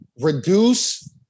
reduce